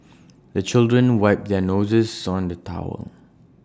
the children wipe their noses on the towel